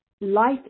Life